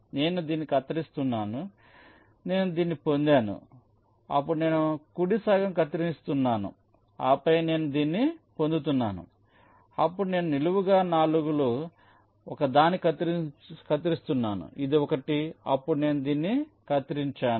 నేను దీన్ని కత్తిరిస్తున్నాను నేను దీన్ని పొందాను అప్పుడు నేను కుడి సగం కత్తిరిస్తున్నాను ఆపై నేను దీన్ని పొందుతున్నాను అప్పుడు నేను నిలువుగా 4 లో ఒకదాన్ని కత్తిరిస్తున్నాను ఇది ఒకటి అప్పుడు నేను దీన్ని కత్తిరించాను